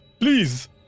please